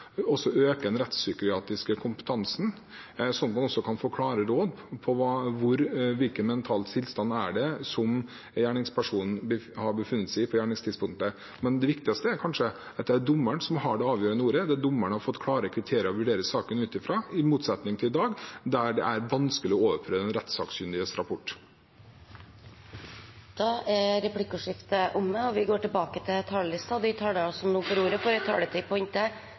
også måtte sees sammen med at man gjør grep for å øke den rettspsykiatriske kompetansen, slik at man også kan få klare råd om hvilken mental tilstand gjerningspersonen har befunnet seg i på gjerningstidspunktet. Men det viktigste er kanskje at det er dommeren som har det avgjørende ordet. Dommeren har fått klare kriterier å vurdere saken ut fra, i motsetning til i dag, der det er vanskelig å overprøve den rettssakskyndiges rapport. Replikkordskiftet er omme. De talere som heretter får ordet, har en taletid på inntil